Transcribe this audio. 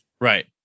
Right